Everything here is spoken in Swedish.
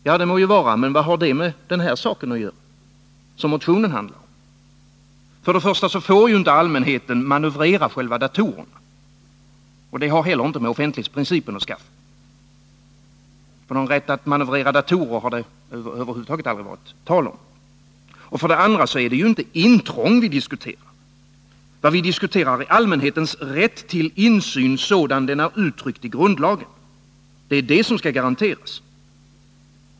Ja, det må vara, men vad har det med den sak att göra som motionen handlar om? För det första får inte allmänheten manövrera själva datorerna, och det har heller inte med offentlighetsprincipen att skaffa. Någon rätt att manövrera datorer har det över huvud taget aldrig varit tal om. För det andra är det inte intrång vi diskuterar. Vad vi diskuterar är allmänhetens rätt till insyn, sådan den är uttryckt i grundlagen. Det är den som skall garanteras.